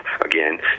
again